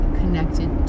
connected